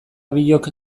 biok